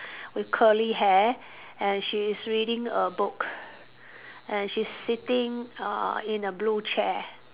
with curly hair and she is reading a book and she's sitting uh in a blue chair